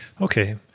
Okay